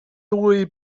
dwy